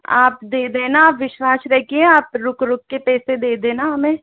आप दे देना आप विश्वास रखिए आप रुक रुक के पैसे दे देना हमें